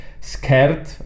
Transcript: scared